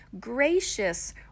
gracious